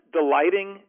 delighting